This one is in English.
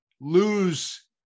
lose